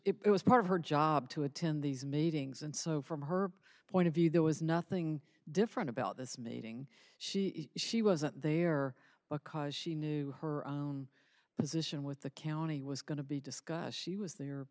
e it was part of her job to attend these meetings and so from her point of view there was nothing different about this meeting she she wasn't there because she knew her position with the county was going to be discussed she was there